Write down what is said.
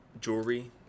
jewelry